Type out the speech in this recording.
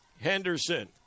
Henderson